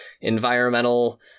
environmental